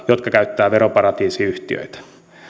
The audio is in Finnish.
jotka käyttävät veroparatiisiyhtiöitä